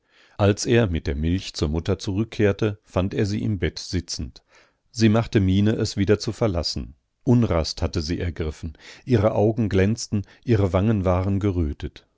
als er mit der milch zur mutter zurückkehrte fand er sie im bett sitzend sie machte miene es wieder zu verlassen unrast hatte sie ergriffen ihre augen glänzten ihre wangen waren gerötet